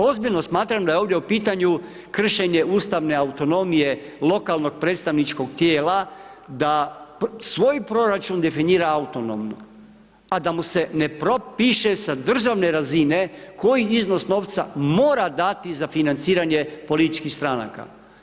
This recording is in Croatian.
Ozbiljno smatram da je ovdje u pitanju kršenje ustavne autonomije lokalnog predstavničkog tijela da svoj proračun definira autonomno a da mu se propiše sa državne razine koji iznos novca mora dati za financiranje političkih stranaka.